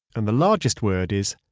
and the largest word is,